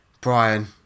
Brian